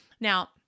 Now